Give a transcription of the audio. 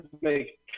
make